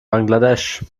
bangladesch